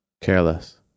Careless